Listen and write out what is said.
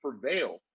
prevail